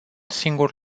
singur